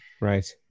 Right